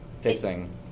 fixing